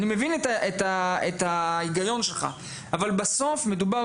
אני מבין את ההיגיון שלך אבל בסוף מדובר